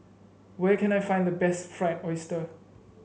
where can I find the best Fried Oyster